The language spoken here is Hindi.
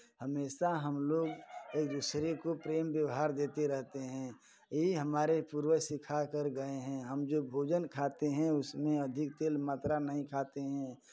हमेशा हमलोग एक दूसरे को प्रेम व्यवहार देते रहते हैं यही हमारे पूर्वज सिखा कर गए हैं हम जो भोजन खाते हैं उसमें अधिक तेल मात्रा नहीं खाते हैं